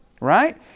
right